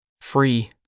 Free